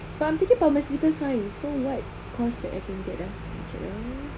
but I'm taking pharmaceutical science so what course I can get ah let me check ah